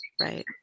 Right